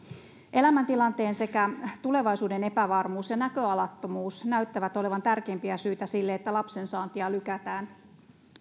elämäntilanteen sekä tulevaisuuden epävarmuus ja näköalattomuus näyttävät olevan tärkeimpiä syitä siihen että lapsensaantia lykätään